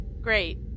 Great